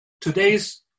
today's